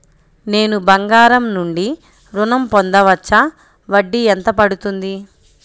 నేను బంగారం నుండి ఋణం పొందవచ్చా? వడ్డీ ఎంత పడుతుంది?